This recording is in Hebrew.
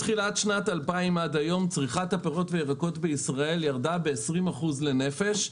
מתחילת שנת 2000 עד היום צריכת הפירות והירקות בישראל ירדה ב-20% לנפש,